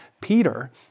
Peter